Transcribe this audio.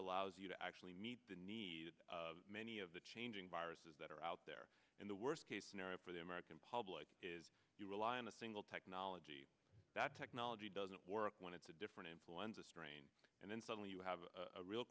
allows you to actually meet the needs of many of the changing viruses that are out there in the worst case scenario for the american public is you rely on a single technology that technology doesn't work when it's a different influenza strain and then suddenly you have a real